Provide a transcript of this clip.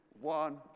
one